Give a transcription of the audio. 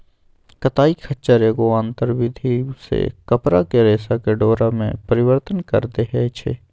कताई खच्चर एगो आंतर विधि से कपरा के रेशा के डोरा में परिवर्तन कऽ देइ छइ